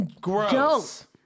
Gross